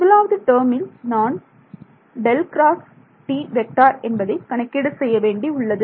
முதலாவது டேர்மில் நான் ∇× T என்பதை கணக்கீடு செய்ய வேண்டி உள்ளது